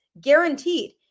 guaranteed